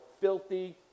filthy